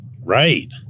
Right